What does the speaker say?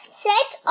set